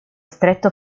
stretto